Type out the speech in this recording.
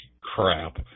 Crap